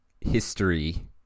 history